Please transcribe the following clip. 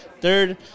Third